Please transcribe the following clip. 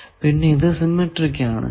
പിന്നെ ഇത് സിമെട്രിക് ആണ്